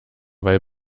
weil